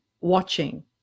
watching